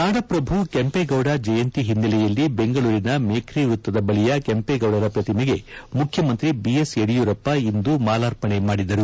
ನಾಡಪ್ರಭು ಕೆಂಪೇಗೌಡರ ಜಯಂತಿ ಹಿನ್ನೆಲೆಯಲ್ಲಿ ಬೆಂಗಳೂರಿನ ಮೇಕ್ರಿ ವ್ವತ್ತದ ಬಳಿಯ ಕೆಂಪೇಗೌಡರ ಪ್ರತಿಮೆಗೆ ಮುಖ್ಯಮಂತ್ರಿ ಬಿಎಸ್ ಯಡಿಯೂರಪ್ಪ ಇಂದು ಮಾಲಾರ್ಪಣೆ ಮಾಡಿದರು